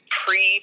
pre